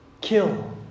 Kill